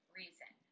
reason